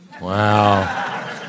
Wow